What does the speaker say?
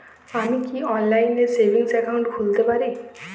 আমি কি অনলাইন এ সেভিংস অ্যাকাউন্ট খুলতে পারি?